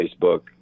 Facebook